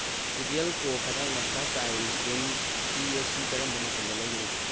T G L ꯀꯣ ꯀꯗꯛ ꯃꯁꯂꯥ ꯆꯥꯏ ꯏꯟꯁꯇꯦꯟ ꯇꯤ ꯑꯁꯤ ꯀꯔꯝꯕ ꯃꯇꯝꯗ ꯂꯩꯒꯗꯒꯦ